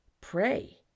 pray